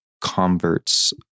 converts